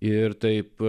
ir taip